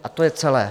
A to je celé.